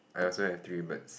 I also have three birds